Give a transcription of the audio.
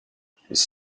his